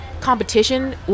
competition